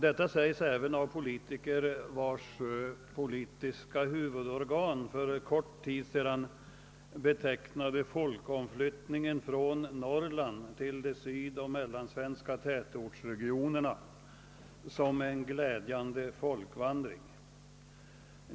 Detta säges även av politiker vilkas politiska huvudorgan för kort tid sedan betecknade folkomflyttningen från Norrland till de sydoch mellansvenska tätortsregionerna som en glädjande folkvandring.